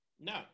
No